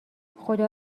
خدا